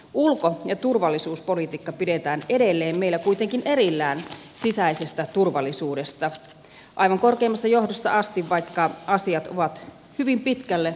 ulko ja turvallisuuspolitiikka pidetään meillä edelleen kuitenkin erillään sisäisestä turvallisuudesta aivan korkeimmassa johdossa asti vaikka asiat ovat hyvin pitkälle yhteisiä